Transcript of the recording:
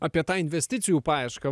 apie tą investicijų paiešką